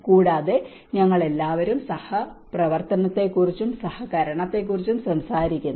കൂടാതെ ഞങ്ങൾ എല്ലാവരും സഹപ്രവർത്തനത്തെക്കുറിച്ചും സഹകരണത്തെക്കുറിച്ചും സംസാരിക്കുന്നു